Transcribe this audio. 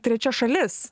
trečia šalis